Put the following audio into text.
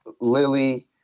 lily